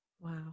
Wow